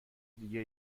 دیگه